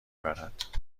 برد